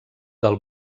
del